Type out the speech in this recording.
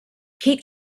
keep